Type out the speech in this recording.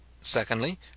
Secondly